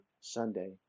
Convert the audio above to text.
Sunday